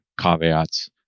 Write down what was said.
caveats